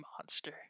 monster